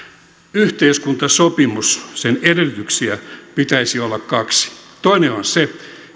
yhteiskuntasopimuksen edellytyksiä pitäisi olla kaksi toinen on se